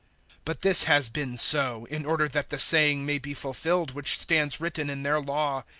but this has been so, in order that the saying may be fulfilled which stands written in their law,